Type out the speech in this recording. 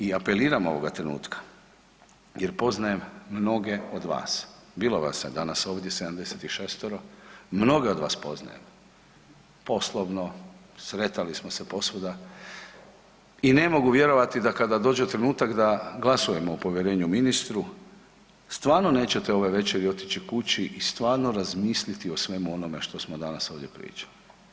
I apeliram ovoga trenutka jer poznajem mnoge od vas, bilo vas je danas ovdje 76-ero, mnoge od vas poznajem, poslovno, sretali smo se posvuda i ne mogu vjerovati da kada dođe trenutak da glasujemo o povjerenju ministru stvarno nećete ove večeri otići kući i stvarno razmisliti o svemu onome što smo danas ovdje pričali.